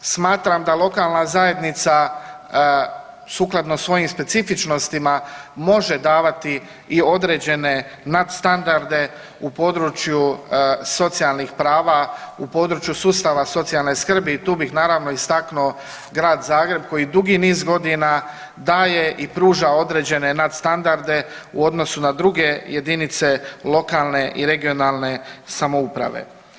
Smatram da lokalna zajednica sukladno svojim specifičnostima može davati i određene nadstandarde u području socijalnih prava, u području sustava socijalne skrbi i tu bih naravno istaknuo Grad Zagreb koji dugi niz godina daje i pruža određene nadstandarde u odnosu na druge jedinice lokalne i regionalne samouprave.